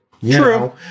True